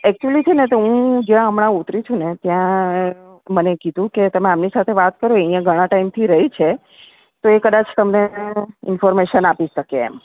actually છેને તો હું જ્યાં હમણા ઉતરી છું ને ત્યાં મને કીધું કે તમે આમની સાથે વાત કરો એ અહીં ઘણા ટાઇમથી રહે છે તો એ કદાચ તમને ઇન્ફોર્મેશન આપી શકે એમ